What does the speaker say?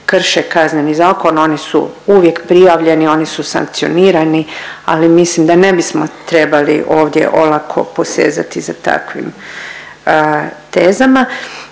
krše Kazneni zakon oni su uvijek prijavljeni, oni su sankcionirani, ali mislim da ne bismo trebali ovdje olako posezati za takvim tezama.